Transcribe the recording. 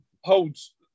holds